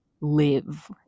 live